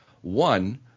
one